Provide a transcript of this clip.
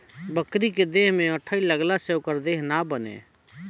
बकरी के देह में अठइ लगला से ओकर देह ना बने